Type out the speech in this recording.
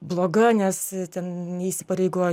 bloga nes ten neįsipareigoja